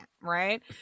right